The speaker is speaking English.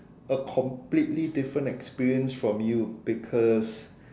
a completely different experience from you because